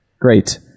great